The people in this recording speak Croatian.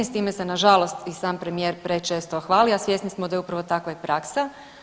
S time se nažalost i sam premijer prečesto hvali, a svjesni smo da je upravo takva i praksa.